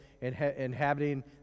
inhabiting